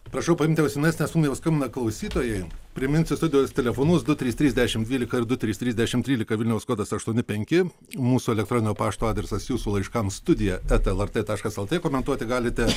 prašau paimti ausines nes mum jau skambina klausytojai priminsiu studijos telefonus du trys trys dešimt dvylika ir du trys trys dešimt trylika vilniaus kodas aštuoni penki mūsų elektroninio pašto adresas jūsų laiškams studija eta lrt taškas lt komentuoti galite